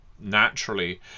naturally